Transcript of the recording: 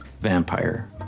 vampire